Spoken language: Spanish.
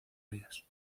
ríos